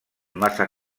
massa